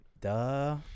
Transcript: Duh